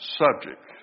subject